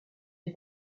les